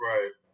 Right